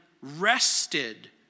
rested